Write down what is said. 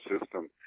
system